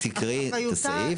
תקראי את הסעיף,